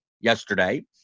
yesterday